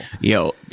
Yo